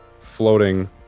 floating